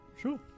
sure